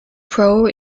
pro